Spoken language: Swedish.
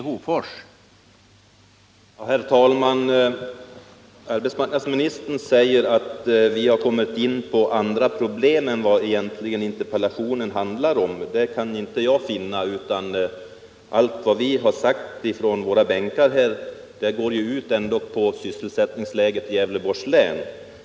Herr talman! Arbetsmarknadsministern säger att vi har kommit in på andra problem än vad interpellationen egentligen handlar om. Det kan inte jag finna. Allt vad vi här har sagt från våra bänkar går ändå ut på sysselsättningsläget i Gävleborgs län.